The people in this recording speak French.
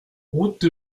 route